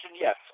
yes